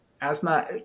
asthma